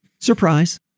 surprise